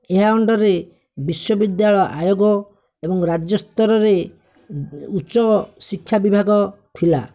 ଏହା ଅଣ୍ଡର୍ରେ ବିଶ୍ୱବିଦ୍ୟାଳୟ ଆୟୋଗ ଏବଂ ରାଜ୍ୟ ସ୍ତରରେ ଉଚ୍ଚଶିକ୍ଷା ବିଭାଗ ଥିଲା